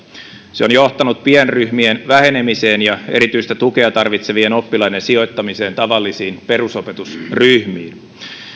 se on johtanut pienryhmien vähenemiseen ja erityistä tukea tarvitsevien oppilaiden sijoittamiseen tavallisiin perusopetusryhmiin